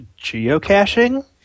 geocaching